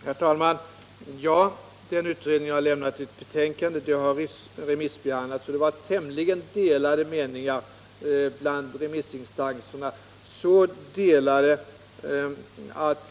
Herr talman!